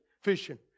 Fishing